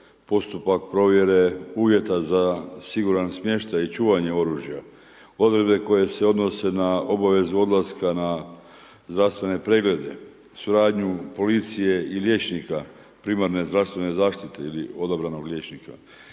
postupak provjere uvjeta za siguran smještaj i čuvanje oružja. Odredbe koje se odnose na obavezu odlaska na zdravstvene preglede, suradnju policije i liječnika primarne zdravstvene zaštite ili odabranog liječnika.